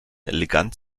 elegant